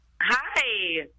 Hi